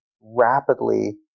rapidly